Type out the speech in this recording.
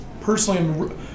personally